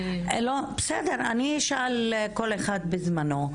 בסדר, אני אשאל כל אחד זמנו.